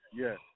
Yes